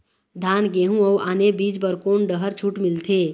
धान गेहूं अऊ आने बीज बर कोन डहर छूट मिलथे?